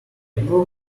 poor